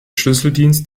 schlüsseldienst